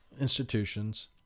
institutions